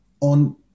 on